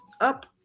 up